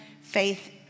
faith